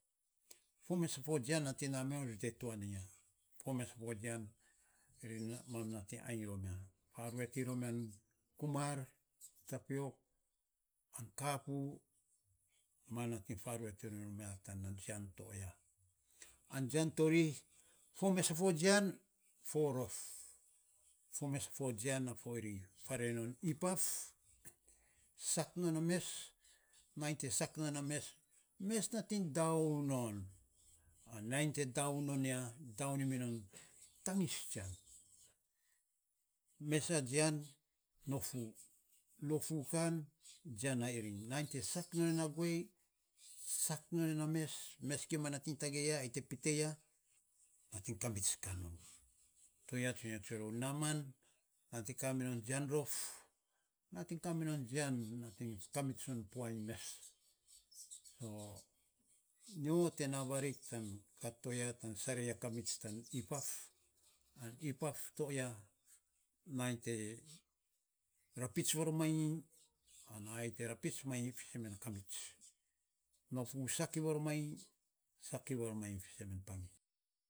Fo mes a fo jian nating namiror ri tuan iny ya, fo mes a fo jian mam nating ainy rom ya faruet iny rom ya kumar, tapiok an kapu mam nating faruet iny rom ya tana jian toaya an jian to ri mes a fo jian rof, mes a fo jian iring. Farei non ipaf sak non a mes nainy te sak non ya mes, mes nating dau non, nainy te dau non nia nainy te dau non nia dau mi non tagis tsian. Mes a jian nofu, nofu kn jian a iring nainy sak non na guei, sak non nia mes mes gima nating tagei ai pitei ya nating kamits kan non. To ya sa nyo tsue rou naman nating kaminon jian rof, nating ka kan minon jian fakamits no puan mes, nyo te na varik tan kat to ya tan sarei a kamits tan ipaf. Ana ipaf to ya nainy te rapits maromanyi ana ayei te rapits manyi fisen me na kamits nofu sak varomanyi, sak maromanyi.